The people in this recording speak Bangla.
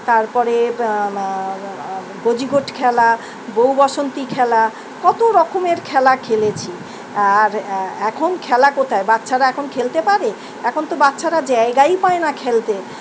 তারপরে গোজিগোট খেলা বৌ বাসন্তী খেলা কত রকমের খেলা খেলেছি আর এখন খেলা কোথায় বাচ্চারা এখন খেলতে পারে এখন তো বাচ্চারা জায়গাই পায় না খেলতে